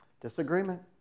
Disagreement